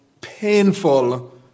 painful